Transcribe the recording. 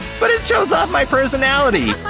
but it shows off my personality!